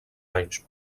anys